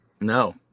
No